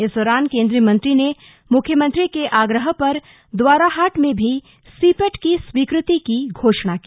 इस दौरान केंद्रीय मंत्री ने मुख्यमंत्री के आग्रह पर द्वाराहाट में भी सिपेट की स्वीकृत की घोषणा की